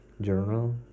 Journal